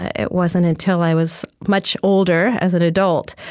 it wasn't until i was much older, as an adult,